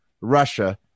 Russia